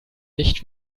nicht